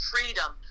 freedom